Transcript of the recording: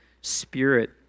Spirit